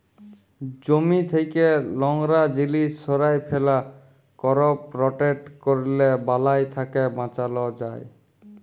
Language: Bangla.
জমি থ্যাকে লংরা জিলিস সঁরায় ফেলা, করপ রটেট ক্যরলে বালাই থ্যাকে বাঁচালো যায়